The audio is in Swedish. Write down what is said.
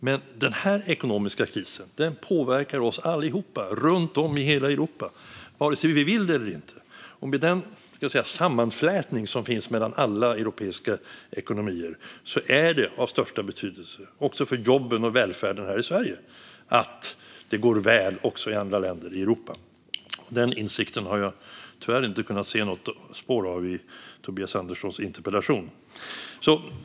Men den här ekonomiska krisen påverkar oss allihop runt om i hela Europa, vare sig vi vill det eller inte. Med den sammanflätning som finns mellan alla europeiska ekonomier är det av största betydelse också för jobben och välfärden här i Sverige att det går väl även i andra länder i Europa. Den insikten har jag tyvärr inte kunnat se något spår av i Tobias Anderssons interpellation.